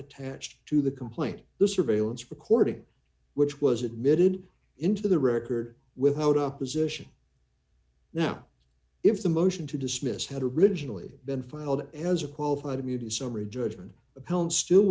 attached to the complaint the surveillance recording which was admitted into the record without opposition now if the motion to dismiss had originally been filed as a qualified immunity summary judgment